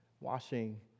washing